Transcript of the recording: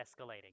escalating